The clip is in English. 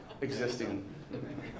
existing